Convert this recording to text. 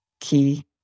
key